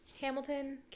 Hamilton